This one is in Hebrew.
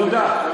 תודה.